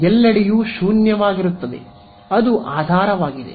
ಎಲ್ಲೆಡೆಯೂ ಶೂನ್ಯವಾಗಿರುತ್ತದೆ ಅದು ಆಧಾರವಾಗಿದೆ